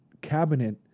cabinet